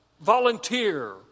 volunteer